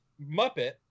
Muppet